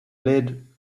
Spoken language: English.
lead